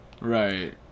Right